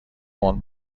پوند